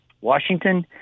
Washington